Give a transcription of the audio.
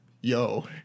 yo